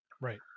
Right